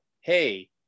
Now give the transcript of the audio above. Hey